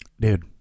Dude